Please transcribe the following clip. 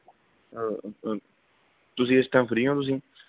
ਤੁਸੀਂ ਇਸ time free ਹੋ ਤੁਸੀਂ